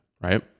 right